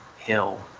hill